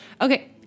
Okay